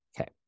okay